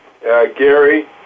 Gary